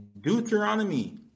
Deuteronomy